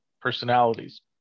personalities